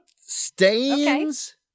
Stains